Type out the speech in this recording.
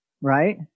right